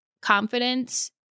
confidence